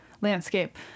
landscape